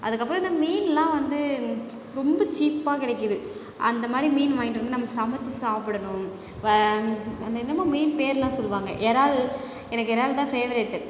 அதுக்கப்புறம் இந்த மீன்லாம் வந்து ரொம்ப சீப்பாக கிடைக்குது அந்தமாதிரி மீன் வாங்கிட்டு வந்து நம்ம சமைத்து சாப்பிடணும் வ அது என்னமோ மீன் பேயர்லாம் சொல்லுவாங்க இறால் எனக்கு இறால் தான் ஃபேவரெட்டு